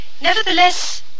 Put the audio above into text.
Nevertheless